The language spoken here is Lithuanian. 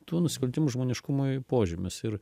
tų nusikaltimų žmoniškumui požymius ir